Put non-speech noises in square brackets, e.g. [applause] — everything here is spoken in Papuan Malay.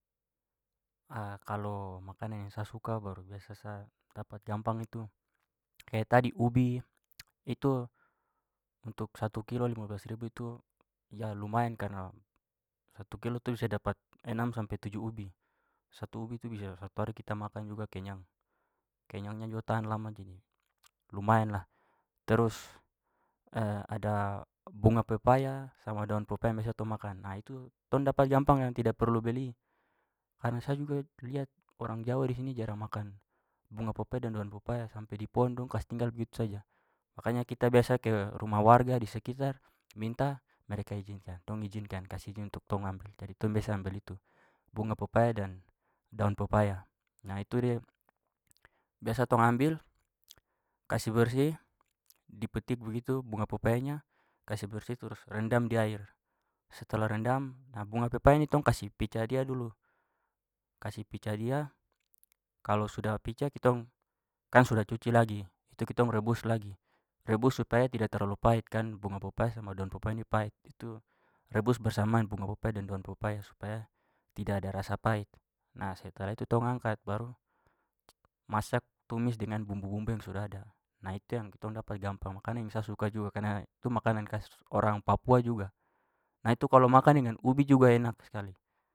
Kalau makanan yang sa suka baru biasa sa dapat gampang itu kayak tadi ubi itu untuk satu kilo lima belas ribu itu [hesitation] lumayan karena satu kilo itu bisa dapat enam sampai tujuh ubi. Satu ubi itu bisa satu hari kita makan juga kenyang. Kenyangnya juga tahan lama jadi lumayan lah. Terus [hesitation] ada bunga pepaya sama daun pepaya yang biasa tong makan. Nah, itu tong dapat gampang yang tidak perlu beli. Karena sa juga lihat orang jawa di sini jarang makan bunga pepaya dan daun pepaya, sampai di pohon dong kasih tinggal begitu saja. Makanya kita biasa ke rumah warga di sekitar, minta, mereka ijinkan- dong ijinkan kasih ijin untuk tong ambil. Jadi tong biasa ambil itu bunga pepaya dan daun pepaya. Nah, itu dia biasa tong ambil, kasih bersih, dipetik begitu bunga pepayanya kasih bersih terus rendam di air. Setelah rendam nah bunga pepaya ini tong kasih picah dia dulu, kasih picah dia, kalau sudah picah kitong kan sudah cuci lagi itu kitong rebus lagi. Rebus supaya tidak terlalu pahit kan bunga pepaya sama daun pepaya ini pahit. Itu rebus bersamaan bunga pepaya dan daun pepaya supaya tidak ada rasa pahit. Nah, setelah itu tong angkat baru masak tumis dengan bumbu-bumbu yang sudah ada. Nah, itu yang kitong dapat gampang, makanan yang sa suka juga karena itu makanan khas papua orang papua juga. Nah, itu kalau makan dengan ubi juga enak sekali.